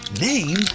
Name